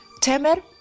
temer